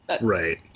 Right